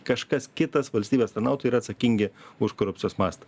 kažkas kitas valstybės tarnautojai ir atsakingi už korupcijos mastą